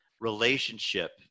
relationship